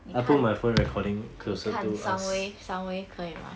你看你看 sound wave sound wave 可以吗